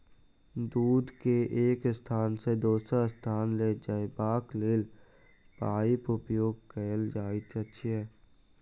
दूध के एक स्थान सॅ दोसर स्थान ल जयबाक लेल पाइपक उपयोग कयल जाइत छै